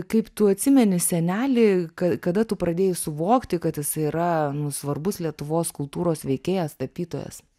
kaip tu atsimeni senelį kada tu pradėjai suvokti kad jisai yra svarbus lietuvos kultūros veikėjas tapytojas